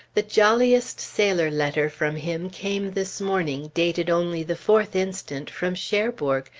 the jolliest sailor letter from him came this morning, dated only the fourth instant from cherbourg,